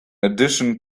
addition